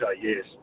yes